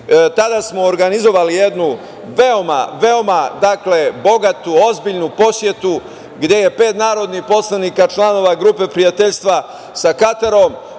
tada smo organizovali jednu veoma, veoma bogatu, ozbiljnu posetu gde je pet narodnih poslanika članova grupe prijateljstva sa Katarom